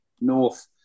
North